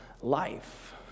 life